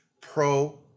pro